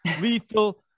lethal